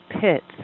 pits